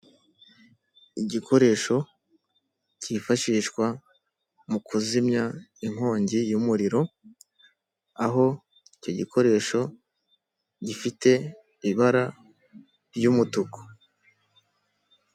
Igikoresho cyifashishwa mu kuzimya inkongi y'umuriro; aho icyo gikoresho gifite ibara ry'umutuku.